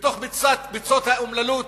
בתוך ביצות האומללות,